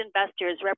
investors